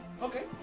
okay